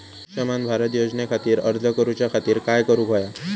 आयुष्यमान भारत योजने खातिर अर्ज करूच्या खातिर काय करुक होया?